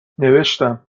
نوشتم